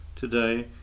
Today